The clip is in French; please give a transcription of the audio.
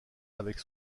avec